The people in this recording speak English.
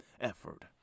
effort